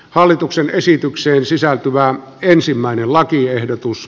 hallituksen esitykseen sisältyvä ensimmäinen lakiehdotus